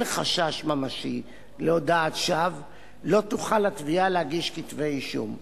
חשש ממשי להודאת שווא לא תוכל התביעה להגיש כתבי-אישום.